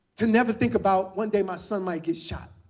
to never think about, one day, my son might get shot.